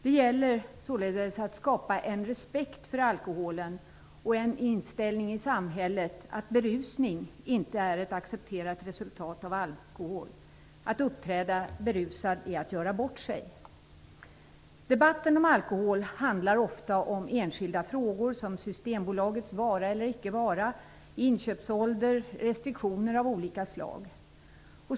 Det gäller således att skapa en respekt för alkoholen och en inställning i samhället att berusning inte är ett accepterat resultat av alkoholbruk. Att uppträda berusad är att göra bort sig. Debatten om alkohol handlar ofta om enskilda frågor som Systembolagets vara eller inte vara, inköpsålder och restriktioner av olika slag.